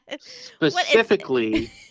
Specifically